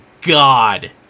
god